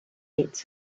meets